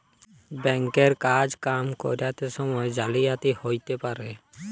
bank এর কাজ কাম ক্যরত সময়ে জালিয়াতি হ্যতে পারে